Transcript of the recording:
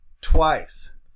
Twice